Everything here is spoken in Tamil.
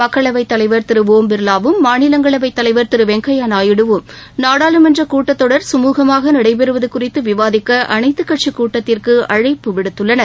மக்களவைத் தலைவர் திரு ஓம் பிர்வா வும் மாநிலங்களவைத் தலைவர் திரு வெங்கைபா நாயுடுவும் நாடாளுமன்ற கூட்டத்தொடர் கமூகமாக நடைபெறுவது குறித்து விவாதிக்க அனைத்துக் கட்சிக் கூட்டத்திற்கு அழைப்பு விடுத்துள்ளனர்